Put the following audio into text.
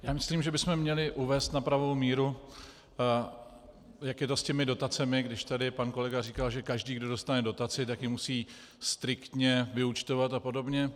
Já myslím, že bychom měli uvést na pravou míru, jak je to s těmi dotacemi, když tady pan kolega říkal, že každý, kdo dostane dotaci, tak ji musí striktně vyúčtovat a podobně.